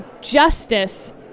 Justice